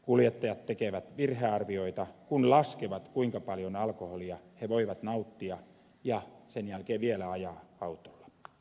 kuljettajat tekevät virhearvioita kun laskevat kuinka paljon alkoholia he voivat nauttia ja sen jälkeen vielä ajaa autolla